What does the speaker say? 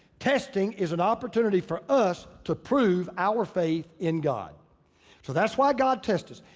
testing is an opportunity for us to prove our faith in god. so that's why god tests us.